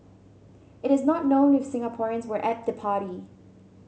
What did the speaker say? it is not known if Singaporeans were at the party